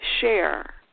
share